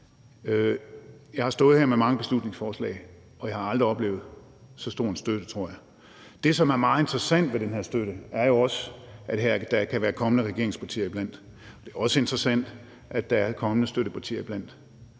Jeg har stået her med mange beslutningsforslag, og jeg har aldrig oplevet så stor en støtte, tror jeg. Det, som er meget interessant ved den her støtte, er jo også, at der kan være kommende regeringspartier iblandt. Det er også interessant, at der er kommende støttepartier iblandt.